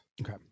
Okay